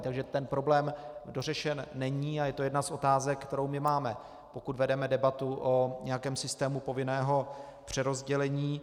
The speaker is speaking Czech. Takže ten problém dořešen není a je to jedna z otázek, kterou my máme, pokud vedeme debatu o nějakém systému povinného přerozdělení.